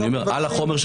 נכון.